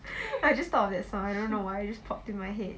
I just thought of that song I don't know why you just pop in my head